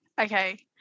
okay